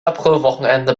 aprilwochenende